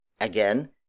Again